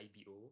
IBO